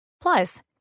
Plus